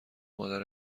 مادر